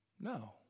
No